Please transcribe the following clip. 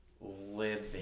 living